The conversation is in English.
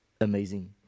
amazing